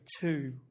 two